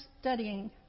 studying